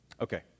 Okay